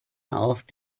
auf